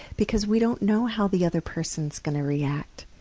because we don't know how the other person is going to react.